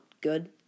good